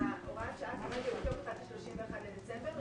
שהוראת השעה כרגע בתוקף עד ה-31 בדצמבר.